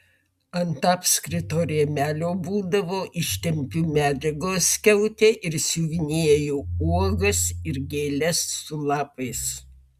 ant apskrito rėmelio būdavo ištempiu medžiagos skiautę ir siuvinėju uogas ir gėles su lapais